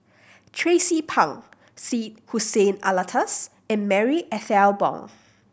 Tracie Pang Syed Hussein Alatas and Marie Ethel Bong